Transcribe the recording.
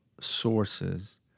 sources